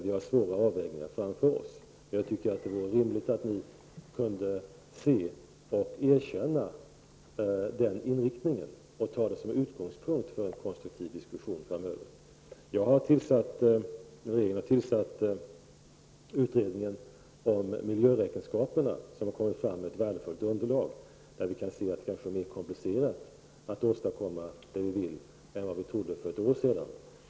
Vi har svåra avvägningar framför oss där. Jag tycker att det vore rimligt om ni kunde se och erkänna den inriktningen och ta det som utgångspunkt för en konstruktiv diskussion framöver. Regeringen har tillsatt en utredning om miljöräkenskaperna. Den har presenterat ett värdefullt underlag, som visar att det kanske är mer komplicerat att åstadkomma det vi vill än vad vi trodde för ett år sedan.